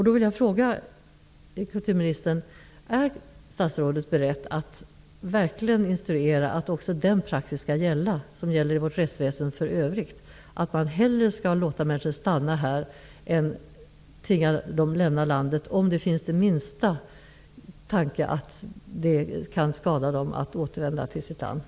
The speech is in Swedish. Det skulle innebära att man, om minsta misstanke finns om att det kan vara skadligt för flyktingarna att återvända till sitt hemland, hellre skall låta dem stanna än tvinga dem att lämna landet.